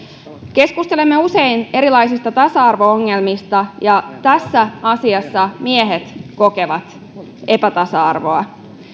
keskustelemme usein erilaisista tasa arvo ongelmista ja tässä asiassa miehet kokevat epätasa arvoa